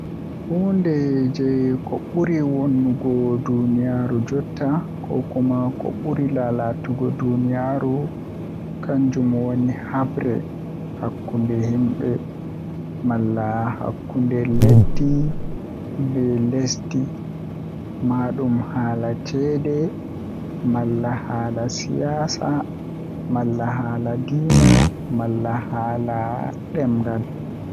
Hunde jei ko buri wonnugo duniyaaru jotta kokuma ko buri lalatugo duniyaaru kanjum woni habre hakkunde himbe malla hakkunde lesdi be lesdi maadum haala ceede malla haala siyasa malla haala dinna malla haala ndemngal.